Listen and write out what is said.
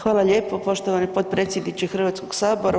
Hvala lijepo poštovani potpredsjedniče HS-a.